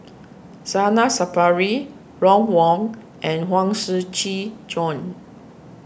Zainal Sapari Ron Wong and Huang Shiqi Joan